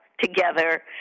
together